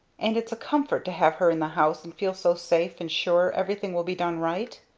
and it's a comfort to have her in the house and feel so safe and sure everything will be done right.